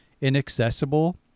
inaccessible